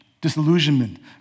disillusionment